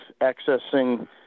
accessing